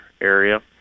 area